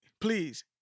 Please